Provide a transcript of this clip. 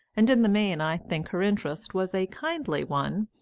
and in the main i think her interest was a kindly one,